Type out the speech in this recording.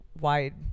wide